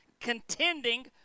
contending